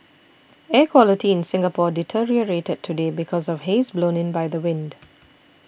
air quality in Singapore deteriorated today because of haze blown in by the wind